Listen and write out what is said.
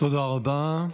תודה רבה.